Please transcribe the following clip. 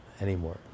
anymore